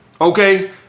okay